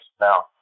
Now